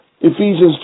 Ephesians